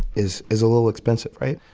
is is a little expensive, right?